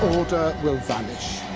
will vanish.